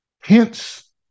hence